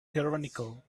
tyrannical